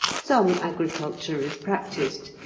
some agriculture is practiced,